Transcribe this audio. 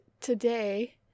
today